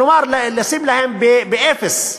כלומר, לשים אותם על האפס,